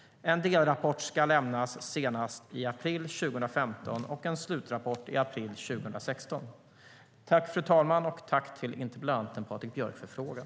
En delrapport ska lämnas senast i april 2015 och en slutrapport i april 2016. Tack, interpellanten Patrik Björck, för frågan!